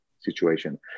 situation